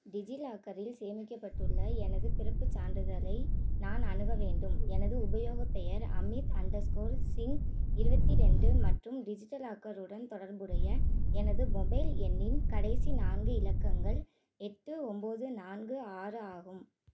டிஜிலாக்கரில் சேமிக்கப்பட்டுள்ள எனது பிறப்புச் சான்றிதலை நான் அணுக வேண்டும் எனது உபயோகப் பெயர் அமித் அண்டர் ஸ்கோர் சிங் இருபத்தி ரெண்டு மற்றும் டிஜிட்டல் லாக்கருடன் தொடர்புடைய எனது மொபைல் எண்ணின் கடைசி நான்கு இலக்கங்கள் எட்டு ஒம்பது நான்கு ஆறு ஆகும்